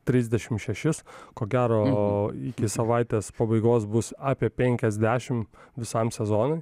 trisdešimt šešis ko gero iki savaitės pabaigos bus apie penkiasdešim visam sezonui